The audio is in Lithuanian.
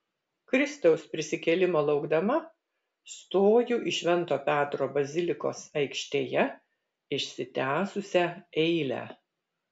kristaus prisikėlimo laukdama stoju į švento petro bazilikos aikštėje išsitęsusią eilę